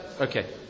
Okay